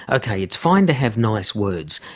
ok, it's fine to have nice words,